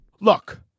Look